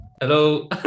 Hello